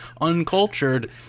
uncultured